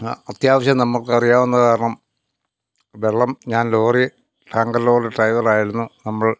അത്യാവശ്യം നമ്മള്ക്കറിയാവുന്നത് കാരണം വെള്ളം ഞാൻ ലോറി ടാങ്കർ ലോറി ഡ്രൈവറായിരുന്നു നമ്മൾ